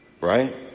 Right